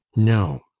no,